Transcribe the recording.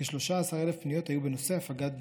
כ-13,000 פניות היו בנושא הפגת בדידות.